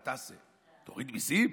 מה תעשה, תוריד מיסים?